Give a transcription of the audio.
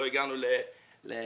לא הגענו להחלטה,